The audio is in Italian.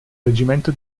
reggimento